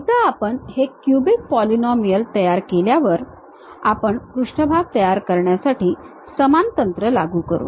एकदा आपण हे क्युबिक पोलीनोमिअल तयार केल्यावर आपण पृष्ठभाग तयार करण्यासाठी समान तंत्र लागू करू